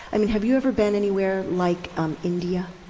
i mean, have you ever been anywhere like um india?